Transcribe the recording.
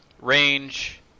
range